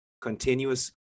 continuous